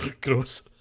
Gross